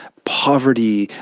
poverty,